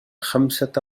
خمسة